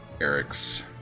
Eric's